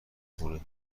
کنه